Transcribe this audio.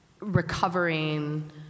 recovering